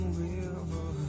river